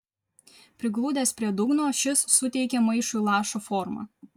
prigludęs prie dugno šis suteikė maišui lašo formą